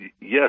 yes